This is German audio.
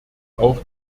auch